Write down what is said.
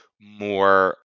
more